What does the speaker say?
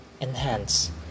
Enhance